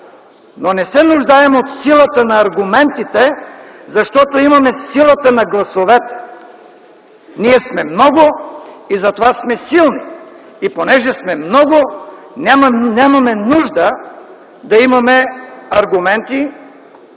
Но не се нуждаем от силата на аргументите, защото имаме силата на гласовете. Ние сме много и затова сме силни! И понеже сме много, нямаме нужда да имаме аргументи,